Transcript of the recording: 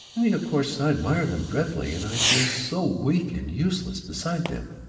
i mean of course, i admire them, dreadfully, and i feel so weak and useless beside them.